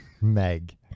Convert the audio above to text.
Meg